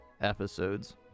episodes